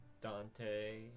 dante